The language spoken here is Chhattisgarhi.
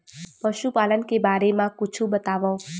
पशुपालन के बारे मा कुछु बतावव?